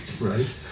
right